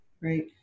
right